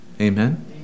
Amen